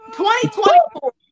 2024